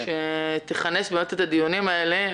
שתכנס את הדיונים האלה.